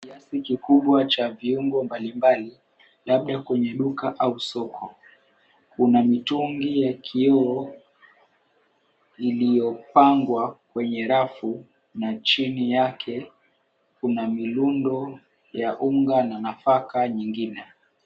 Kiasi kikubwa cha viungo mbalimbali labda kwenye duka au soko. Kuna mitungi ya kioo iliyopangwa kwenye rafu na chini yake kuna milundo ya unga na nafaka nyingine.